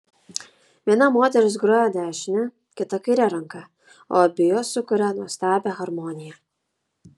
viena moteris groja dešine kita kaire ranka o abi jos sukuria nuostabią harmoniją